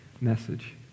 message